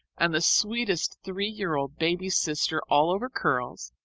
and the sweetest three-year-old baby sister all over curls,